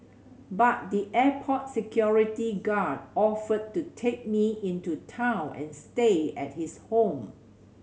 but the airport security guard offered to take me into town and stay at his home